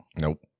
Nope